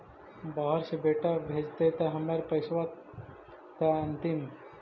बाहर से बेटा भेजतय त हमर पैसाबा त अंतिम?